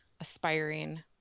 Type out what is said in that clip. aspiring